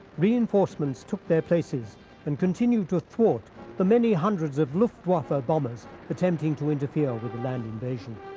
reinforcements took their places and continued to thwart the many hundreds of luftwaffe ah bombers attempting to interfere with the land invasion.